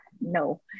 no